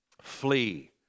flee